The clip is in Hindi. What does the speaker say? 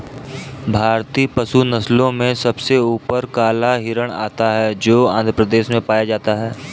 भारतीय पशु नस्लों में सबसे ऊपर काला हिरण आता है जो आंध्र प्रदेश में पाया जाता है